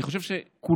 אני חושב שכולנו,